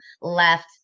left